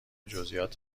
جزئیات